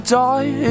die